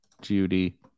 Judy